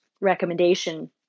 recommendation